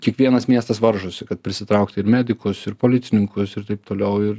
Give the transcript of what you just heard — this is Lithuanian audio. kiekvienas miestas varžosi kad prisitraukti ir medikus ir policininkus ir taip toliau ir